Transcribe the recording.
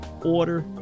Order